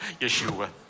Yeshua